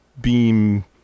beam